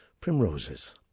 primroses